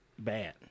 bad